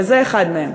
וזה אחד מהם.